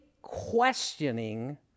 questioning